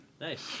Nice